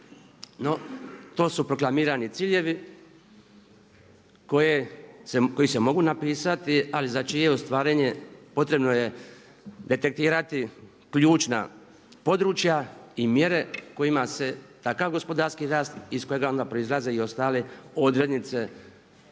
to su proklamirani ciljevi koji se mogu napisati ali za čije ostvarenje potrebno je detektirati ključna područja i mjere kojima se takav gospodarski rast iz kojega onda proizlaze i ostale odrednice iz